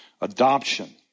adoption